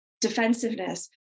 defensiveness